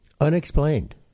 Unexplained